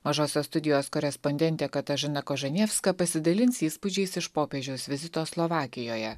mažosios studijos korespondentė katažina kažanevska pasidalins įspūdžiais iš popiežiaus vizito slovakijoje